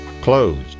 Closed